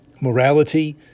morality